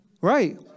Right